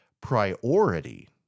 priority